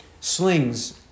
slings